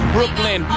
Brooklyn